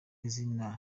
izina